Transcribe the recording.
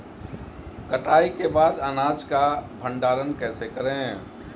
कटाई के बाद अनाज का भंडारण कैसे करें?